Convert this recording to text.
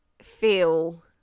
feel